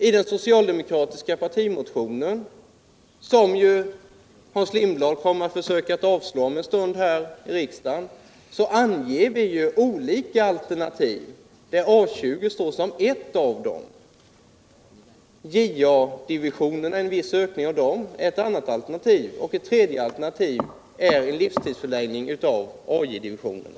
I den sacialdemokratiska partimotionen, som Hans Lindblad kommer att rösta emot om en stund, anger vi olika alternativ, av vilka A 20 är ett och en viss ökning av JA-divisionerna ett annat. Ett tredje alternativ är en livstidsförlängning av AJ-divisionerna.